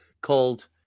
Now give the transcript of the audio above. called